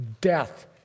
death